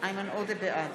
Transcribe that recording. בעד